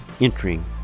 entering